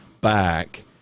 back